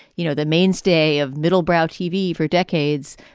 you know, the mainstay of middlebrow tv for decades.